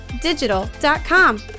digital.com